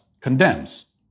condemns